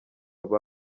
baba